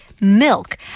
milk